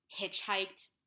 hitchhiked